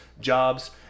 jobs